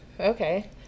okay